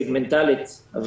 סגמנטלית.